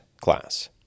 class